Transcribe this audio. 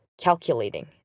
calculating